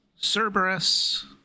Cerberus